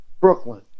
Brooklyn